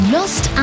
Lost